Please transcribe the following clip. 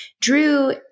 Drew